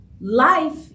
Life